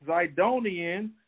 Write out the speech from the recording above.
Zidonians